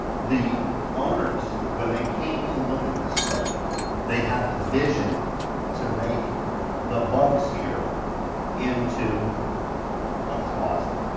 the owners, when they came to look at this coach they had the vision to make the bunks here into a closet.